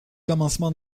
commencement